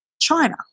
China